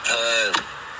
time